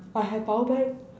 but I have power bank